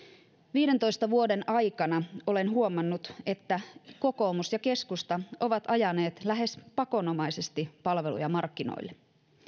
viidentoista vuoden aikana olen huomannut että kokoomus ja keskusta ovat ajaneet lähes pakonomaisesti palveluja markkinoille